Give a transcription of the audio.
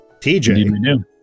TJ